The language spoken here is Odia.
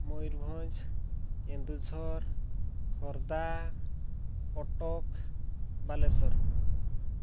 ମୟୂରଭଞ୍ଜ କେନ୍ଦୁଝର ଖୋର୍ଦ୍ଧା କଟକ ବାଲେଶ୍ୱର